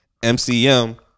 MCM